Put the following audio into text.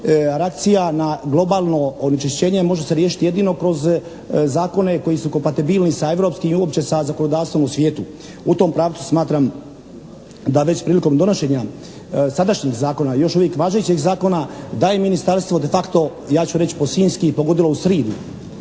reakcija na globalno onečišćenje može se riješiti jedino kroz zakone koji su kompatibilni sa europskim i uopće sa zakonodavstvom u svijetu. U tom pravcu smatram da već prilikom donošenja sadašnjeg zakona, još uvijek važećeg zakona da je ministarstvo de facto, ja ću reći po sinjski pogodilo u sridu.